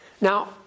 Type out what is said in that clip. Now